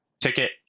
ticket